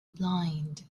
blind